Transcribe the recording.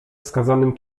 wskazanym